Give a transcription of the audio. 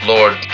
Lord